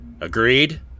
Agreed